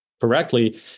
correctly